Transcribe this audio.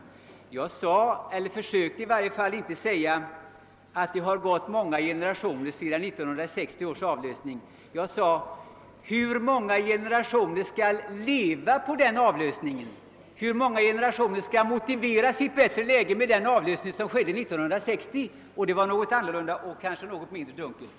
Jag försökte i varje fall inte säga att det har gått många generationer sedan 1960 års avlösning. Jag frågade: Hur många generationer skall få motivera sitt bättre läge med den avlösning som skedde 1960? Det är något annat och kanske något mindre dunkelt.